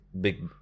big